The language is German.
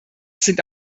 sind